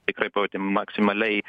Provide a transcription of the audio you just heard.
tikrai pajautėm maksimaliai